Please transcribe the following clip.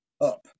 up